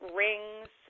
rings